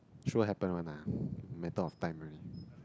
true happen one lah matter of times already